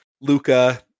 Luca